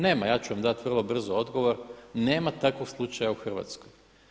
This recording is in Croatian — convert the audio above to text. Nema, ja ću vam dati vrlo brzo odgovor, nema takvog slučaju u Hrvatskoj.